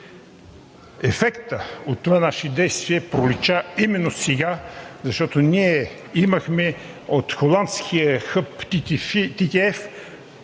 Ефектът от това наше действие пролича именно сега, защото ние имахме от холандския хъб ТТF